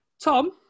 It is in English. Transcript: Tom